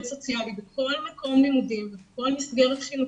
סוציאלי בכל מקום לימודים ובכל מסגרת חינוכית,